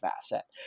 asset